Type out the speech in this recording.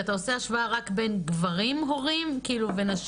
אתה עושה השוואה רק בין גברים הורים ונשים,